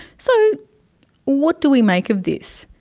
so what do we make of this?